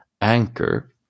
anchor